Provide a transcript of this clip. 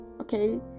okay